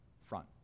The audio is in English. front